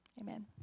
Amen